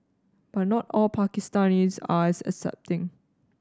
but not all Pakistanis are as accepting